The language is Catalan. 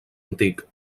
antic